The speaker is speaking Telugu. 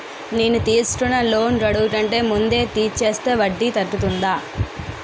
నేను తీసుకున్న లోన్ గడువు కంటే ముందే తీర్చేస్తే వడ్డీ తగ్గుతుందా?